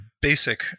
basic